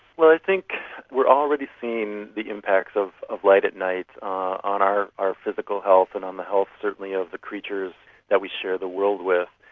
i think we are already seeing the impacts of of light at night on our our physical health and on the health certainly of the creatures that we share the world with.